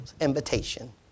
invitation